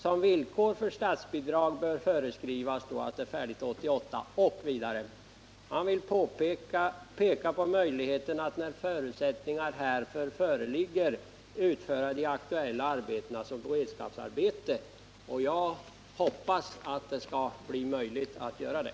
Som villkor för statsbidrag bör föreskrivas att åtgärderna skall vara påbörjade före utgången av år 1988.” Han vill också ”peka på möjligheterna att, när förutsättningar härför föreligger, utföra de aktuella arbetena som beredskapsarbeten”. Jag hoppas att det skall bli möjligt att göra det.